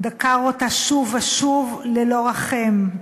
דקר אותה שוב ושוב, ללא רחם.